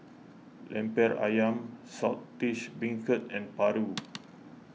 Lemper Ayam Saltish Beancurd and Paru